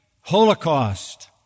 holocaust